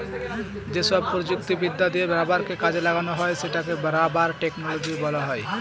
যেসব প্রযুক্তিবিদ্যা দিয়ে রাবারকে কাজে লাগানো হয় সেটাকে রাবার টেকনোলজি বলা হয়